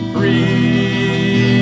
Free